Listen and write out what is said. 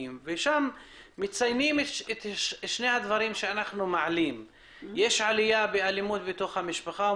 זו החברה בכלל בישראל אצל כולם עלו התופעות בתחום האלימות במשפחה.